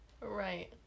Right